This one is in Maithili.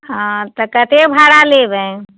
ओ तऽ कतेक भाड़ा लेबै